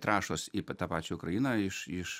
trąšos tą pačią ukrainą iš iš